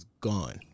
Gone